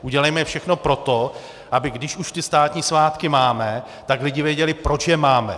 Udělejme všechno pro to, když už ty státní svátky máme, tak aby lidé věděli, proč je máme.